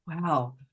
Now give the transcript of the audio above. Wow